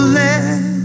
let